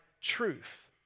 truth